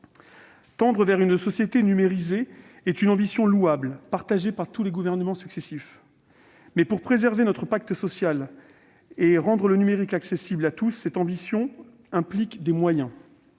Tendre vers une société numérisée est une ambition louable, partagée par les gouvernements successifs, mais, pour préserver notre pacte social et rendre le numérique accessible à tous, cette ambition implique des moyens.